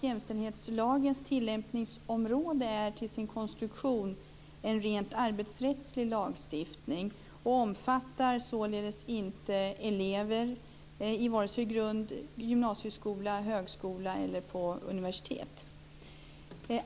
Jämställdhetslagens tillämpningsområde är till sin konstruktion en rent arbetsrättslig lagstiftning, och omfattar således inte elever i vare sig grundskola, gymnasium, högskola eller universitet.